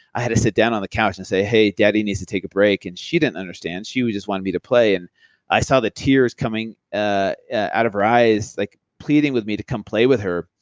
i had to sit down on the couch and say, hey, daddy needs to take a break. and she didn't understand, she just wanted me to play. and i saw the tears coming ah out of her eyes like pleading with me to come play with her.